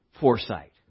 foresight